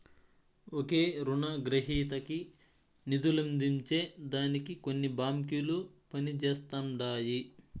ఒకే రునగ్రహీతకి నిదులందించే దానికి కొన్ని బాంకిలు పనిజేస్తండాయి